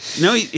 No